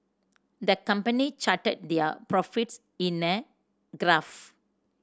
the company charted their profits in a graph